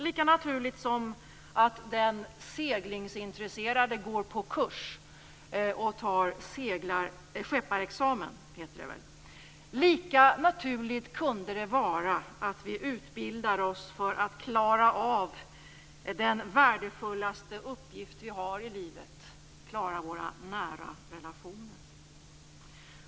Lika naturligt som att den seglingsintresserade går på kurs och tar skepparexamen kunde det vara att vi utbildar oss för att klara av den värdefullaste uppgift vi har i livet: våra nära relationer.